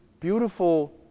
beautiful